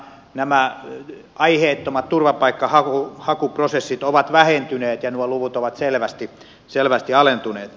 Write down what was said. nämä aiheettomat turvapaikkahakuprosessit ovat vähentyneet ja nuo luvut ovat selvästi alentuneet